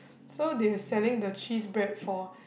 so they were selling the cheese bread for